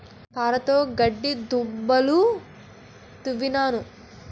పారతోగడ్డి దుబ్బులు దవ్వినాను